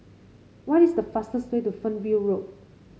what is the fastest way to Fernhill Road